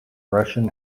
russian